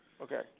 Okay